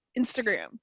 Instagram